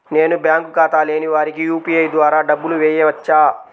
నేను బ్యాంక్ ఖాతా లేని వారికి యూ.పీ.ఐ ద్వారా డబ్బులు వేయచ్చా?